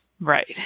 Right